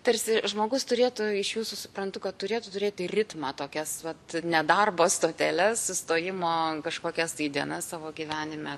tarsi žmogus turėtų iš jūsų suprantu kad turėtų turėti ritmą tokias vat nedarbo stoteles sustojimo kažkokias tai dienas savo gyvenime